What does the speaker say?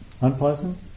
unpleasant